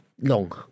long